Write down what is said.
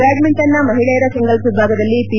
ಬ್ಯಾಡ್ಮಿಂಟನ್ನ ಮಹಿಳೆಯರ ಸಿಂಗಲ್ಸ್ ವಿಭಾಗದಲ್ಲಿ ಪಿ